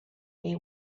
they